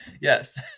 Yes